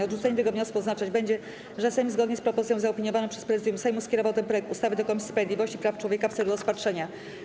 Odrzucenie tego wniosku oznaczać będzie, że Sejm, zgodnie z propozycją zaopiniowaną przez Prezydium Sejmu, skierował ten projekt ustawy do Komisji Sprawiedliwości i Praw Człowieka w celu rozpatrzenia.